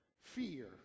fear